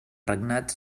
regnats